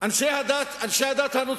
אנשי הדת הנוצרים